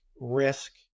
risk